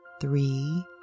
three